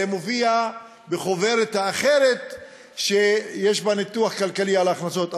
זה מופיע בחוברת אחרת שבה יש ניתוח כלכלי על ההכנסות.